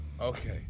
okay